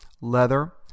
leather